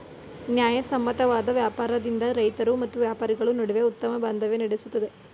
ನ್ಯಾಯಸಮ್ಮತವಾದ ವ್ಯಾಪಾರದಿಂದ ರೈತರು ಮತ್ತು ವ್ಯಾಪಾರಿಗಳ ನಡುವೆ ಉತ್ತಮ ಬಾಂಧವ್ಯ ನೆಲೆಸುತ್ತದೆ